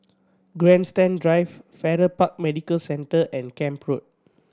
Grandstand Drive Farrer Park Medical Centre and Camp Road